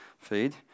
feed